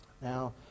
Now